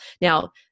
now